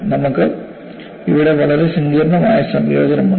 നമുക്ക് ഇവിടെ വളരെ സങ്കീർണ്ണമായ സംയോജനമുണ്ട്